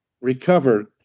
recovered